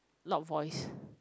loud voice